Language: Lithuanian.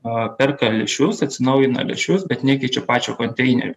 a perka lęšius atsinaujina lęšius bet nekeičia pačio konteinerio